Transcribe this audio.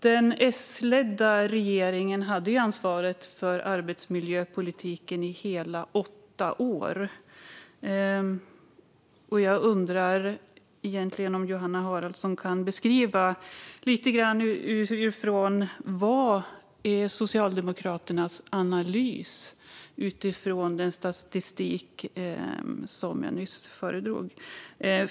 Den S-ledda regeringen hade ansvaret för arbetsmiljöpolitiken i hela åtta år. Jag undrar om Johanna Haraldsson kan beskriva vad som är Socialdemokraternas analys utifrån den statistik som jag nyss föredrog.